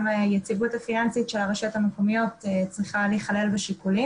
גם היציבות הפיננסית של הרשויות המקומיות צריכה להיכלל בשיקולים.